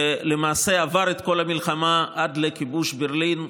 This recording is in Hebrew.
ולמעשה עבר את כל המלחמה עד כיבוש ברלין,